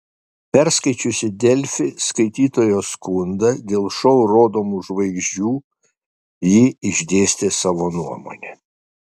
perskaičiusi delfi skaitytojo skundą dėl šou rodomų žvaigždžių ji išdėstė savo nuomonę